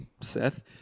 Seth